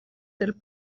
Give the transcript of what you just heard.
del